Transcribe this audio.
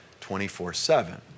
24-7